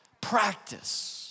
Practice